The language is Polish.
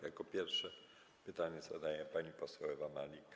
Jako pierwsza pytanie zadaje pani poseł Ewa Malik.